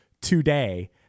today